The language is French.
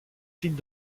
signes